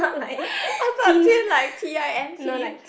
I thought thin like T_I_N_T